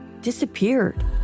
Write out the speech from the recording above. disappeared